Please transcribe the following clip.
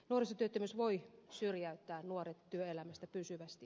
nuorisotyöttömyys voi syrjäyttää nuoret työelämästä pysyvästi